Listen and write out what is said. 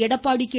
Edappadi K